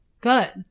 Good